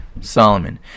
Solomon